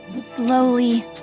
Slowly